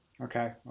Okay